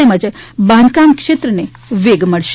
તેમજ બાંધકામ ક્ષેત્રને વેગ મળશે